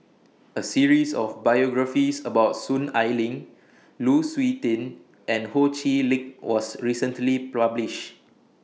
A series of biographies about Soon Ai Ling Lu Suitin and Ho Chee Lick was recently published